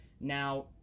Now